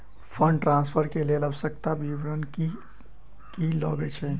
Fund transfer केँ लेल आवश्यक विवरण की की लागै छै?